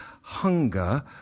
hunger